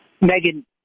Megan